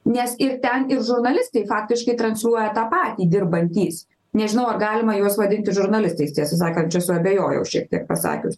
nes ir ten ir žurnalistai faktiškai transliuoja tą patį dirbantys nežinau ar galima juos vadinti žurnalistais tiesą sakant čia suabejojau šiek tiek pasakius